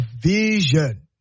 vision